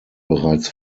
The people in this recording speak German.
bereits